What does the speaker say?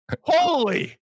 Holy